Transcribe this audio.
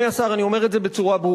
אני מבקש ממך: